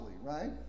right